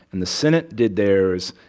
and the senate did theirs.